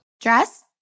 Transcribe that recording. Dress